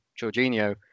Jorginho